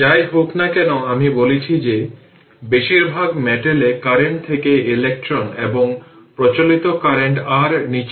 সুতরাং আমি দেখাব যে সার্কিটে প্রদর্শিত সুইচটি t 0 এ ওপেন ছিল আগে দীর্ঘ সময়ের জন্য ক্লোজ ছিল